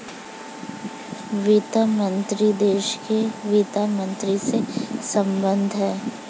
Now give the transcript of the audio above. वित्त मंत्रीत्व देश के वित्त मंत्री से संबंधित है